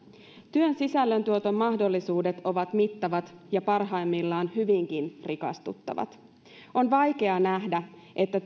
työn sisällöntuoton mahdollisuudet ovat mittavat ja parhaimmillaan hyvinkin rikastuttavat on vaikea nähdä että